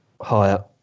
Higher